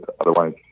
otherwise